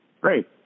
Great